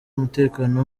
umutekano